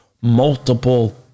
multiple